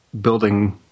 building